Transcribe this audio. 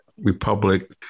Republic